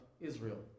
Israel